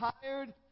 tired